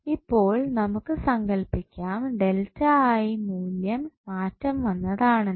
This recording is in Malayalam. ഇപ്പോൾ നമുക്ക് സങ്കൽപ്പിക്കാം മൂല്യം മാറ്റം വന്നതാണെന്ന്